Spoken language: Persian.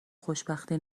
خوشبختی